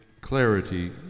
clarity